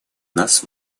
нас